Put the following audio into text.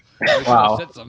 Wow